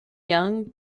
young